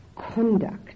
conduct